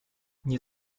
nie